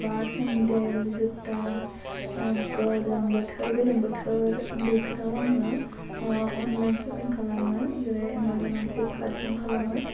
बा सेनदेल जुथा गोजां बोथोर गोलोम बोथोर बेफोराव आङो अनलाइन सफिं खालामो जेरै एमाजन आरो फ्लिपकार्टजों खालामो